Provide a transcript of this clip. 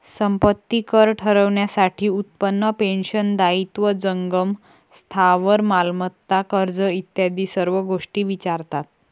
संपत्ती कर ठरवण्यासाठी उत्पन्न, पेन्शन, दायित्व, जंगम स्थावर मालमत्ता, कर्ज इत्यादी सर्व गोष्टी विचारतात